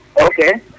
Okay